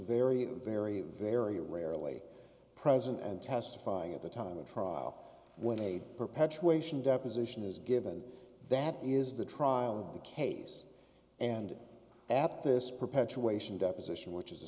very very very rarely present and testifying at the time of trial when a perpetuation deposition is given that is the trial of the case and apt this perpetuation deposition which is